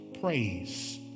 praise